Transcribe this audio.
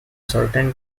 certain